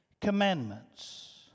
commandments